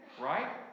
Right